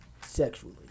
sexually